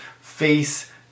face